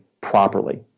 properly